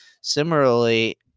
similarly